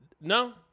No